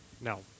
No